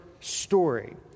story